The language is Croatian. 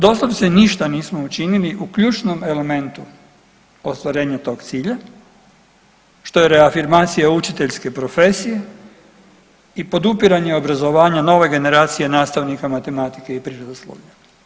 Doslovce ništa nismo učinili u ključnom elementu ostvarenja tog cilja, što je reafirmacija učiteljske profesije i podupiranje obrazovanja nove generacije nastavnika matematike i prirodoslovlja.